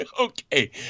Okay